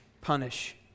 punish